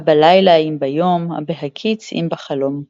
הבלילה אם ביום, הבהקיץ אם בחלום.